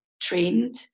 trained